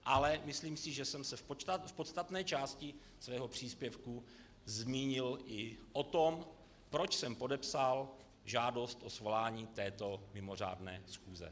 Ale myslím si, že jsem se v podstatné části svého příspěvku zmínil i o tom, proč jsem podepsal žádost o svolání této mimořádné schůze.